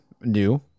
new